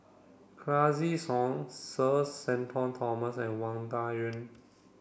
Classic Soin Sir Shenton Thomas and Wang Dayuan